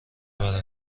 برا